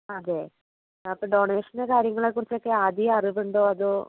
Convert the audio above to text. അതെ അപ്പോൾ ഡോണേഷൻ്റെ കാര്യങ്ങളെക്കുറിച്ചൊക്കെ ആദ്യമേ അറിവുണ്ടോ അതോ